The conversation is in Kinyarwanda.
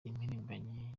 impirimbanyi